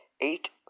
eight